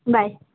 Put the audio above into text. bye